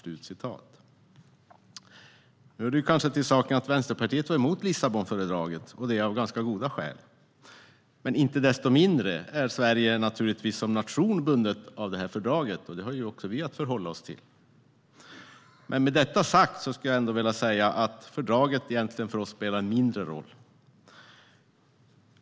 Det hör kanske till saken att Vänsterpartiet var emot Lissabonfördraget - av ganska goda skäl. Inte desto mindre är Sverige som nation naturligtvis bunden av detta fördrag, och det har också vi att förhålla oss till. Med detta sagt skulle jag ändå vilja säga att fördraget för oss egentligen spelar en mindre roll.